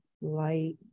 light